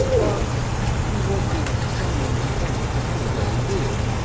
but he wanted someone to take the holiday with.